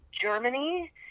Germany